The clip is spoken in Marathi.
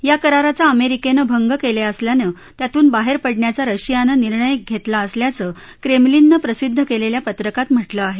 या कराराचा अमेरिकेनं भंग केला असल्यानं त्यातून बाहेर पडण्याचा रशियानं निर्णय घेतला असल्याचं क्रेमलिननं प्रसिद्ध केलेल्या पत्रकात म्हटलं आहे